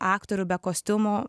aktorių be kostiumų